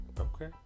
Okay